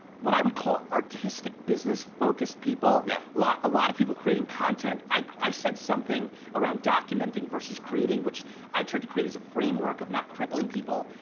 what i would call artistic business-focused people, yeah a lot of people creating content, i said something around documenting versus creating, which i tried create as a framework of not crippling people,